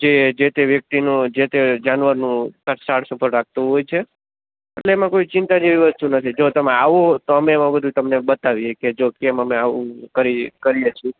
જે જે તે વ્યક્તિનું જે તે જાનવરનું સારસભાંળ રાખતો હોય છે એટલે એમાં કોઈ ચિંતા જેવી વસ્તુ નથી જો તમે આવો તો અમે એમાં બધું તેમને બતાવીએ કે જો કેમ અમે આવું કરીએ ક કરીએ છીએ